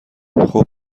خوب